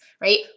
right